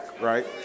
right